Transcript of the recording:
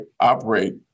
operate